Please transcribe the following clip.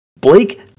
Blake